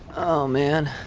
oh, man.